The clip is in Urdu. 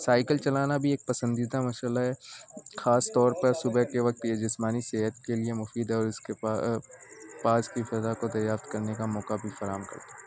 سائیکل چلانا بھی ایک پسندیدہ مشغلہ ہے خاص طور پر صبح کے وقت یہ جسمانی صحت کے لیے مفید ہے اور اس کے پا پاس کی فضا کو دریافت کرنے کا موقع بھی فراہم کرتا ہے